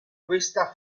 questa